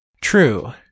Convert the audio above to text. True